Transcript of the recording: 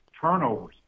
turnovers